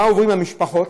מה אומרות המשפחות,